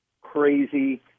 crazy